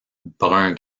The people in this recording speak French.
brun